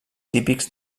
típics